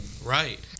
Right